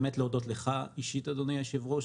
באמת להודות לך אישית אדוני יושב הראש,